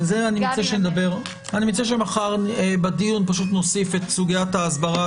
על זה אני מציע שמחר בדיון נוסיף את סוגיית ההסברה,